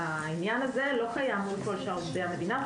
העניין הזה לא קיים מול כל שאר עובדי המדינה.